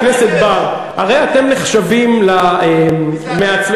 נחשבים, מי זה "אתם"?